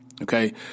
Okay